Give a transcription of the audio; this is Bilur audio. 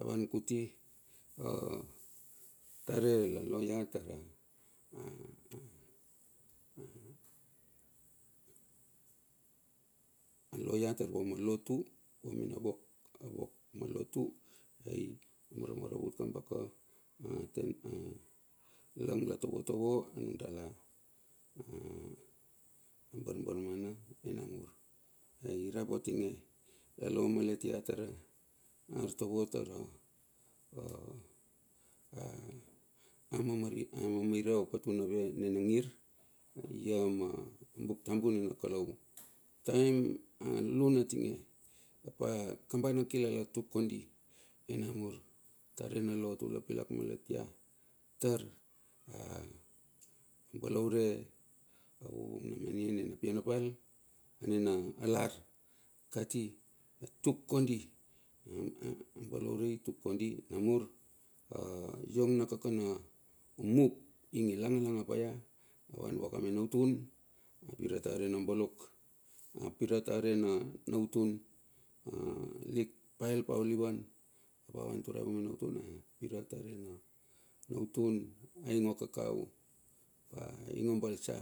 Avan kuti atare la loia tar vua mena wok ma lotu ai amaramaravut kamba lang la tovotovo nundala a barbar mana. ai rap atinge, la lo malet ia tar artovo tar a ama mair ot atume menagir ia ma buktambu nena kalou tara lunlun atinge papa kamba na kilala tuk kondi ai namur atare na lotu la pilak malet ia tar a balaure a vuvung mani nina pia na pal anina lar kati tuk kondi a balaure tuk kondi amur pa iong na kaka na mup, langala nga paia avan vua ka mena utua, pirat are na bolok a pirat are na utun lik pael olivan vua a van turae vua mena utun a pirat are na utun aing okakao aing o balsa.